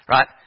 Right